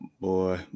Boy